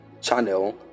channel